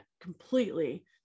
completely